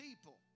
people